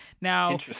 Now